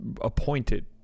appointed